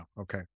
Okay